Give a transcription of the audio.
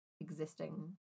existing